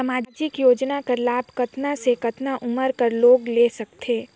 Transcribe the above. समाजिक योजना कर लाभ कतना से कतना उमर कर लोग ले सकथे?